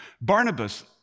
Barnabas